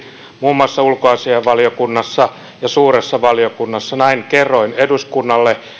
muun muassa ulkoasiainvaliokunnassa ja suuressa valiokunnassa näin kerroin eduskunnalle